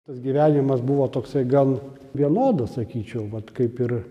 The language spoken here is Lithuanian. tas gyvenimas buvo toksai gan vienodas sakyčiau vat kaip ir